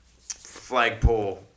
flagpole